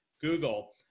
Google